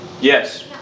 Yes